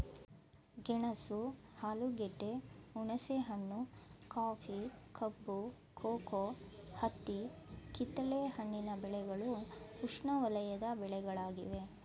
ಗೆಣಸು ಆಲೂಗೆಡ್ಡೆ, ಹುಣಸೆಹಣ್ಣು, ಕಾಫಿ, ಕಬ್ಬು, ಕೋಕೋ, ಹತ್ತಿ ಕಿತ್ತಲೆ ಹಣ್ಣಿನ ಬೆಳೆಗಳು ಉಷ್ಣವಲಯದ ಬೆಳೆಗಳಾಗಿವೆ